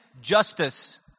justice